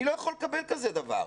אני לא יכול לקבל כזה דבר.